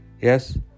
yes